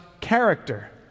character